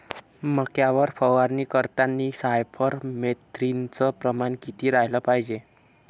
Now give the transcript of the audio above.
मक्यावर फवारनी करतांनी सायफर मेथ्रीनचं प्रमान किती रायलं पायजे?